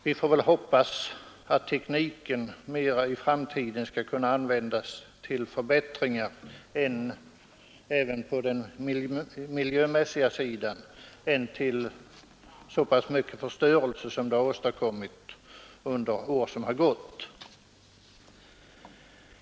Vi får hoppas att tekniken i framtiden mera skall kunna användas till förbättringar även på den miljömässiga sidan än till så pass mycket förstörelse som den har åstadkommit under år som gått.